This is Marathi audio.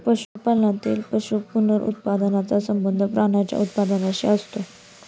पशुपालनातील पशु पुनरुत्पादनाचा संबंध प्राण्यांच्या उत्पादनाशी असतो